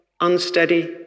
unsteady